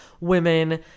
women